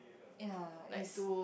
ya is